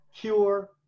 cure